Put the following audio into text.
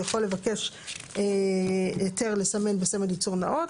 הוא יכול לבקש היתר לסמן בסמל ייצור נאות.